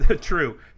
True